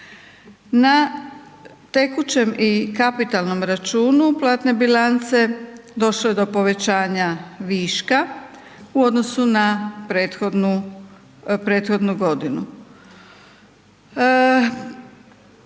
Na tekućem i kapitalnom računu platne bilance došlo je do povećanja viška u odnosu na prethodnu,